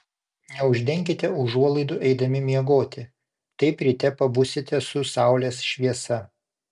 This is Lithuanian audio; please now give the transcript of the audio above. neuždenkite užuolaidų eidami miegoti taip ryte pabusite su saulės šviesa